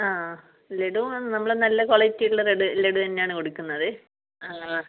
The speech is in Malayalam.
ആ ലഡ്ഡു ആണ് നമ്മൾ നല്ല ക്വാളിറ്റി ഉള്ള ലഡു ലഡു തന്നെയാണ് കൊടുക്കുന്നത് ആ